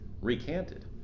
recanted